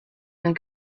the